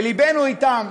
ולבנו אתם.